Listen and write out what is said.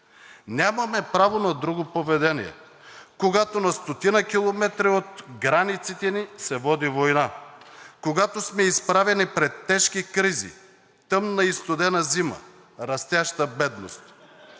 Нямаме право на друго поведение, когато на стотина километра от границите ни се води война, когато сме изправени пред тежки кризи – тъмна и студена зима, растяща бедност.